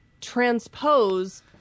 transpose